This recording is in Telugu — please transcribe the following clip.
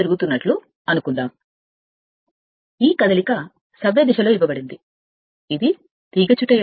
తిరుగుతున్నట్లు అనుకుందాం ఇది కదలిక సవ్యదిశలో ఇవ్వబడింది ఇది తీగచుట్ట